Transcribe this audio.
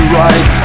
right